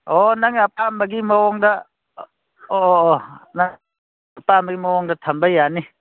ꯑꯣ ꯅꯪ ꯑꯄꯥꯝꯕꯒꯤ ꯃꯑꯣꯡꯗ ꯑꯣ ꯑꯣ ꯑꯣ ꯅꯪ ꯑꯄꯥꯝꯕꯒꯤ ꯃꯑꯣꯡꯗ ꯊꯝꯕ ꯌꯥꯅꯤ